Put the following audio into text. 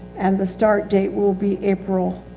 and the start date will be april.